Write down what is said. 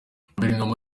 guverinoma